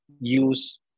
use